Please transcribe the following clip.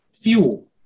fuel